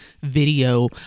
video